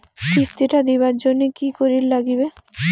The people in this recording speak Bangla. কিস্তি টা দিবার জন্যে কি করির লাগিবে?